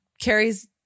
carries